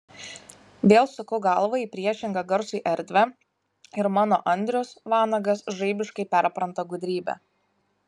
vėl suku galvą į priešingą garsui erdvę ir mano andrius vanagas žaibiškai perpranta gudrybę